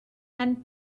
and